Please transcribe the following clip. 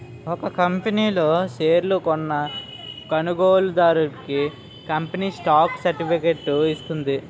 ఒక కంపనీ లో షేర్లు కొన్న కొనుగోలుదారుడికి కంపెనీ స్టాక్ సర్టిఫికేట్ ఇస్తుంది